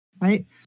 Right